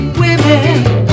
women